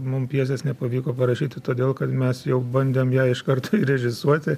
mum pjesės nepavyko parašyti todėl kad mes jau bandėm ją iškart režisuoti